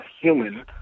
human